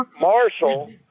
Marshall